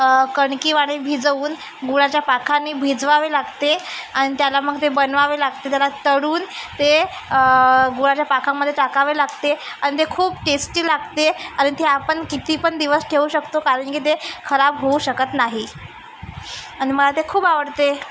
कणकीवानी भिजवून गुळाच्या पाकानी भिजवावे लागते आणि त्याला मग ते बनवावे लागते त्याला तळून ते गुळाच्या पाकामध्ये टाकावे लागते आणि ते खूप टेस्टी लागते आणि ते आपण किती पण दिवस ठेवू शकतो कारण की ते खराब होऊ शकत नाही आणि मला ते खूप आवडते